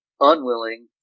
unwilling